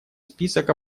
список